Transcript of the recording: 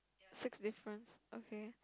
sixth difference okay